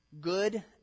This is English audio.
Good